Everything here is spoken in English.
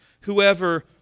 Whoever